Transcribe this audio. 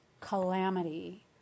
calamity